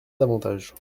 davantage